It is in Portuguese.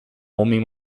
homem